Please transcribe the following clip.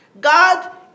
God